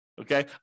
okay